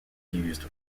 used